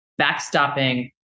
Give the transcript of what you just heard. backstopping